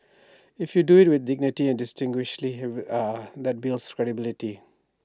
if you do IT with dignity distinguished that builds credibility